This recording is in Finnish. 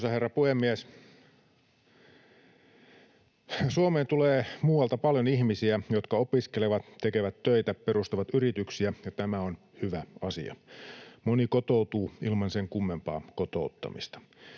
Arvoisa herra puhemies! Suomeen tulee muualta paljon ihmisiä, jotka opiskelevat, tekevät töitä, perustavat yrityksiä, ja tämä on hyvä asia. Moni kotoutuu ilman sen kummempaa kotouttamista.